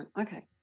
Okay